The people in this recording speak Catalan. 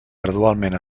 gradualment